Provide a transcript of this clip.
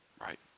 Right